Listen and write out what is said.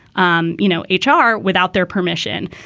um you know, h r. without their permission?